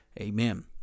Amen